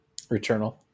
Returnal